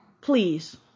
please